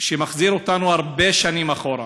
שמחזיר אותנו הרבה שנים אחורה.